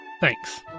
Thanks